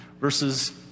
verses